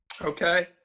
okay